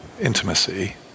intimacy